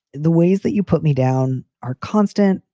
the ways that you put me down are constant,